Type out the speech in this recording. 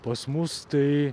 pas mus tai